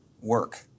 work